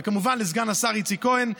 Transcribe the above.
וכמובן לסגן השר איציק כהן,